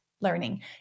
learning